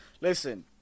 Listen